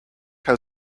how